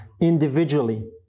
individually